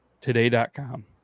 today.com